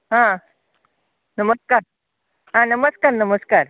आं नमस्कार आं नमस्कार नमस्कार